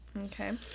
Okay